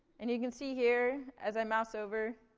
and you can see here, as i mouse over